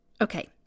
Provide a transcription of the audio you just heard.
Okay